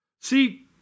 See